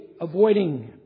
avoiding